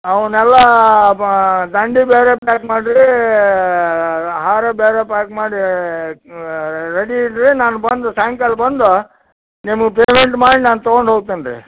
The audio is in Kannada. ಅವನ್ನೆಲ್ಲಾ ಬ ದಂಡಿಗೆ ಬೇರೆ ಪ್ಯಾಕ್ ಮಾಡಿರಿ ಹಾರ ಬೇರೆ ಪ್ಯಾಕ್ ಮಾಡಿ ರೆಡಿ ಇಡಿ ನಾನು ಬಂದು ಸಾಯಂಕಾಲ ಬಂದು ನಿಮ್ಗೆ ಪೇಮೆಂಟ್ ಮಾಡಿ ನಾನು ತಗೊಂಡು ಹೋಗ್ತೇನ್ ರೀ